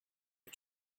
que